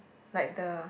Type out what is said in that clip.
like the